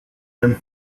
them